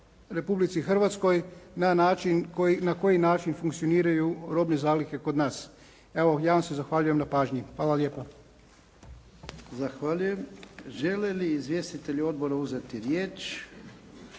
Republici Hrvatskoj na način na koji način funkcioniraju robne zalihe kod nas. Evo ja vam se zahvaljujem na pažnji. Hvala lijepa. **Jarnjak, Ivan (HDZ)** Zahvaljujem. Žele li izvjestitelji odbora uzeti riječ?